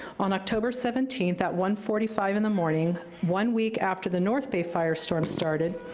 on october seventeenth, at one forty five in the morning, one week after the north bay firestorm started,